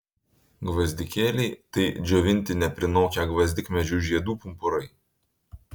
gvazdikėliai tai džiovinti neprinokę gvazdikmedžių žiedų pumpurai